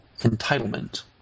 entitlement